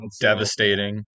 devastating